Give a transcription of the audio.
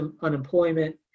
unemployment